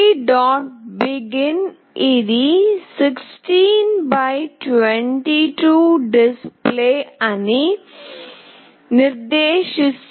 begin ఇది 16 x 2 display అని నిర్దేశిస్తుంది